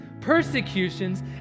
persecutions